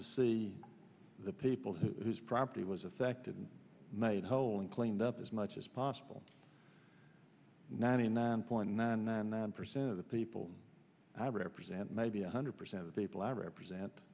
to see the people whose property was affected and made whole and cleaned up as much as possible ninety nine point nine nine nine percent of the people i represent maybe one hundred percent of the people of represent